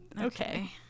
okay